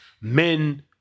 men